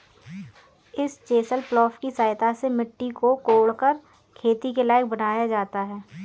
इस chisel plough की सहायता से मिट्टी को कोड़कर खेती के लायक बनाया जाता है